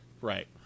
Right